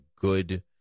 good